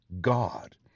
God